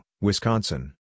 Wisconsin